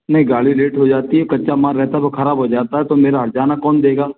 नहीं गाड़ी लेट हो जाती है कच्चा माल रहता है वो ख़राब हो जाता है तो मेरा हर्जाना कौन देगा